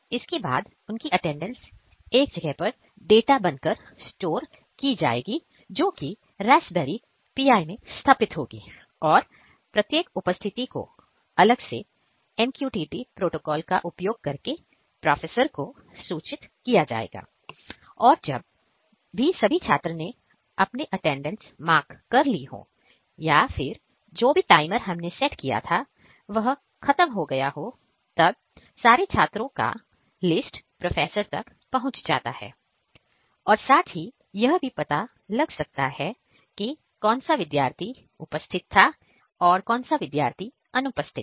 इसके बाद उनकी अटेंडेंस एक जगह पर डाटा बन कर स्टोर की जाएगी जो रास्पबेरी पाई में स्थापित होगी और प्रत्येक उपस्थिति को अलग से MQTT प्रोटोकॉल का उपयोग करके प्रोफेसर को सूचित किया जाएगा और जब भी सभी छात्रों ने अपने अटेंडेंस मार्क कर ली हो या फिर टाइमर जो सेट किया था वह खत्म हो गया हो तब सारे छात्राओं का लिस्ट प्रोफेसर तक पहुंच जाता है और साथ ही यह भी पता लग जाता है कि कौनसा विद्यार्थी उपस्थित था या अनुपस्थित था